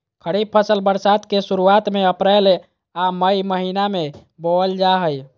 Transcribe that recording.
खरीफ फसल बरसात के शुरुआत में अप्रैल आ मई महीना में बोअल जा हइ